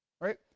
Right